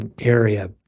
area